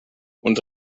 und